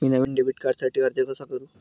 मी नवीन डेबिट कार्डसाठी अर्ज कसा करु?